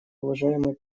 уважаемой